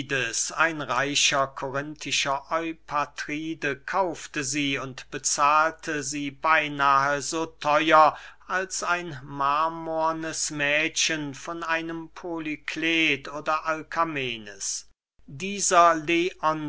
ein reicher korinthischer eupatride kaufte sie und bezahlte sie beynahe so theuer als ein marmornes mädchen von einem polyklet oder alkamenes dieser